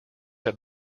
have